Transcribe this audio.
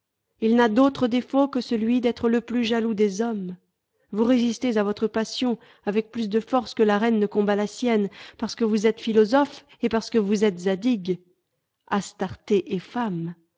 il n'a d'autre défaut que celui d'être le plus jaloux des hommes vous résistez à votre passion avec plus de force que la reine ne combat la sienne parccque vous êtes philosophe et parceque vous êtes zadig astarté est femme